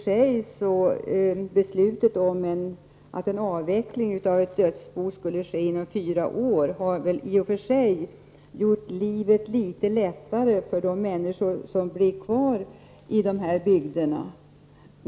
Beslutet om att dödsbon skulle avvecklas inom fyra år har väl i och för sig gjort livet litet lättare för de människor som blir kvar i skogsbygderna.